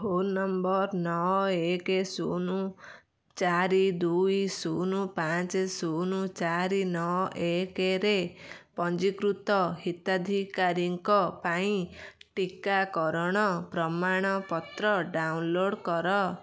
phone number ନଅ ଏକ ଶୂନ୍ ଚାରି ଦୁଇ ଶୂନ୍ ପାଞ୍ଚ ଶୂନ୍ ଚାରି ନଅ ଏକରେ ପଞ୍ଜୀକୃତ ହିତାଧିକାରୀଙ୍କ ପାଇଁ ଟିକାକରଣ ପ୍ରମାଣପତ୍ର ଡାଉନଲୋଡ଼୍ କର